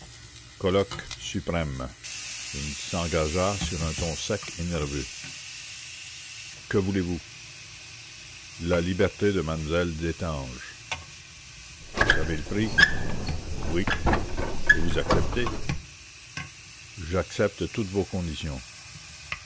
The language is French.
colloque suprême il s'engagea sur un ton sec et nerveux que voulez-vous la liberté de m lle destange vous savez le prix oui et vous acceptez j'accepte toutes vos conditions